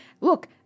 Look